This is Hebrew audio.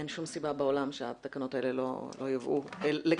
אין שום סיבה בעולם שהתקנות האלה לא יובאו לכאן.